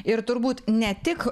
ir turbūt ne tik